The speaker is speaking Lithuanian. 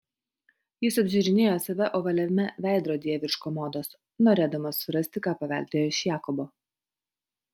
jis apžiūrinėjo save ovaliame veidrodyje virš komodos norėdamas surasti ką paveldėjo iš jakobo